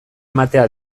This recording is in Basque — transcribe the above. ematea